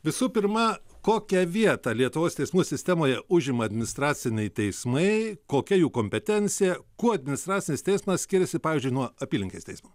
visų pirma kokią vietą lietuvos teismų sistemoje užima administraciniai teismai kokia jų kompetencija kuo administracinis teismas skiriasi pavyzdžiui nuo apylinkės teismo